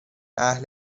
اهل